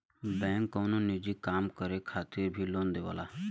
bank कउनो निजी काम करे खातिर भी लोन देवला